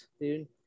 dude